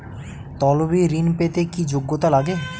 তলবি ঋন পেতে কি যোগ্যতা লাগে?